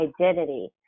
Identity